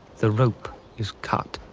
the rope is cut.